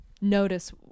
notice